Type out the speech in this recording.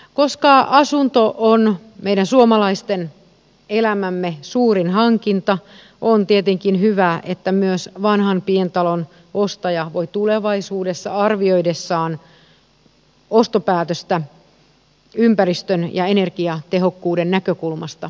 koska asunto on meidän suomalaisten elämän suurin hankinta on tietenkin hyvä että myös vanhan pientalon ostaja voi tulevaisuudessa arvioidessaan ostopäätöstä mitata hankintaansa myöskin ympäristön ja energiatehokkuuden näkökulmasta